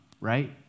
right